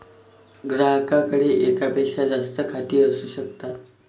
ग्राहकाकडे एकापेक्षा जास्त खाती असू शकतात